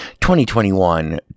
2021